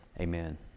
amen